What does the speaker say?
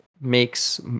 makes